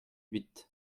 huit